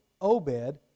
Obed